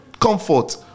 comfort